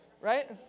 right